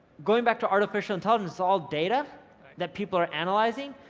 going back to artificial intelligence, it's all data that people are analyzing.